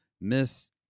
Miss